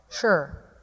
Sure